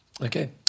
Okay